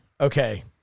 Okay